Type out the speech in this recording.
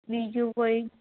બીજું કોઈ